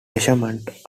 measurements